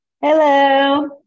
Hello